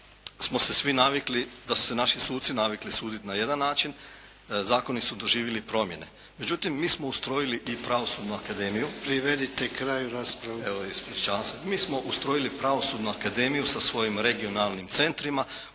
smo se svi navikli, da su se naši suci navikli suditi na jedan način, zakoni su doživjeli promjene. Međutim mi smo ustrojili i pravosudnu akademiju … **Jarnjak, Ivan (HDZ)** Privedite kraju raspravu. **Bošnjaković, Dražen (HDZ)** Evo ispričavam se. Mi smo ustrojili pravosudnu akademiju sa svojim regionalnim centrima